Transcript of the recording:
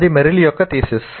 అది మెరిల్ యొక్క థీసిస్